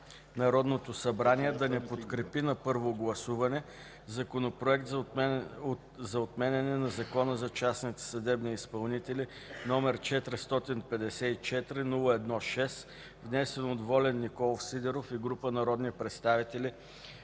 Народното събрание да не подкрепи на първо гласуване Законопроект за отменяне на Закона за частните съдебни изпълнители, № 454-01-6, внесен от Волен Николов Сидеров и група народни представители